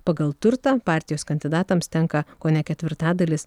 pagal turtą partijos kandidatams tenka kone ketvirtadalis